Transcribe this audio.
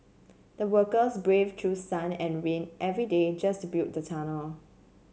the workers braved through sun and rain every day just to build the tunnel